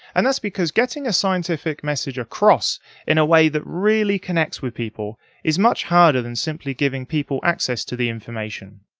and that's because getting a scientific message across in a way that really connects with people is much harder than simply giving people access to the information.